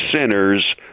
sinners